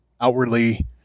outwardly